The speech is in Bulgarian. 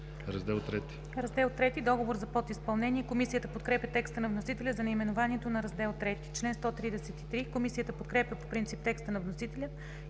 „Раздел ІІІ – Договор за подизпълнение“. Комисията подкрепя текста на вносителя за наименованието на Раздел ІІІ. Комисията подкрепя по принцип текста на вносителя